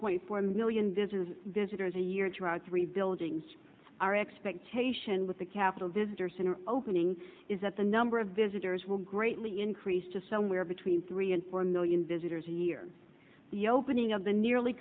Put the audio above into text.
point four million visitors visitors a year to our three buildings our expectation with the capitol visitor center opening is that the number of visitors will greatly increase to somewhere between three and four million visitors a year the opening of the nearly